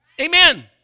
amen